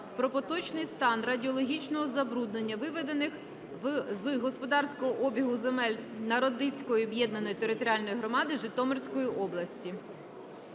про поточний стан радіологічного забруднення виведених з господарського обігу земель Народицької об'єднаної територіальної громади Житомирської області.